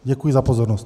Děkuji za pozornost.